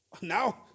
Now